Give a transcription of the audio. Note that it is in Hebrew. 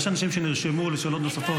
יש אנשים שנרשמו לשאלות נוספות.